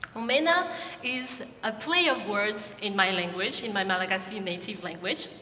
omena is a play of words in my language, in my malagasay and native language.